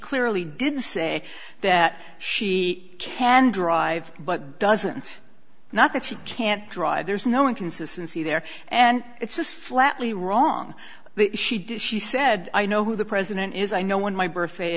clearly did say that she can drive but doesn't not that she can't drive there's no inconsistency there and it's just flatly wrong she does she said i know who the president is i know when my birthday